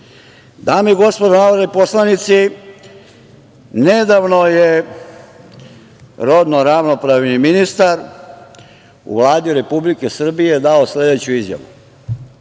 i gospodo narodni poslanici, nedavno je rodno ravnopravni ministar u Vladi Republike Srbije dao sledeću izjavu.